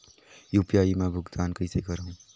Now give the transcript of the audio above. UPI मा भुगतान कइसे करहूं?